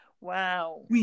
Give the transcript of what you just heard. Wow